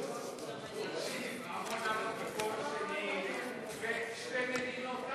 עמונה לא תיפול שנית, שתי מדינות,